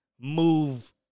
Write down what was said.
move